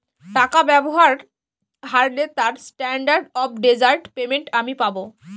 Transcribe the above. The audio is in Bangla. টাকা ব্যবহার হারলে তার স্ট্যান্ডার্ড অফ ডেজার্ট পেমেন্ট আমি পাব